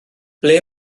ble